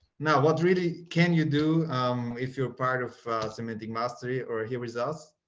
now what really can you do if you're part of semantic mastery or he results